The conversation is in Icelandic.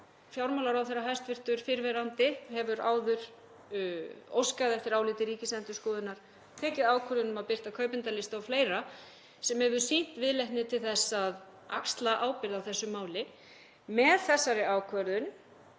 fjármálaráðherra, fyrrverandi, hefur áður óskað eftir áliti Ríkisendurskoðunar, tekið ákvörðun um að birta kaupendalista og fleira sem hefur sýnt viðleitni til að axla ábyrgð á þessu máli. Með þessari ákvörðun